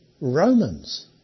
Romans